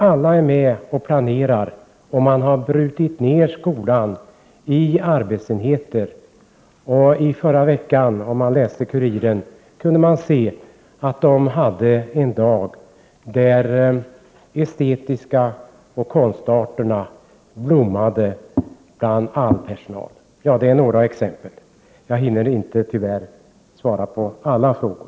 Alla är med och planerar, och man har brutit ner skolan i arbetsenheter. I förra veckan kunde man läsa i Kuriren att skolan hade en dag då estetiska ämnen och konstarterna blommade bland personalen. Ja, detta var några exempel. Jag hinner tyvärr inte svara på alla frågor.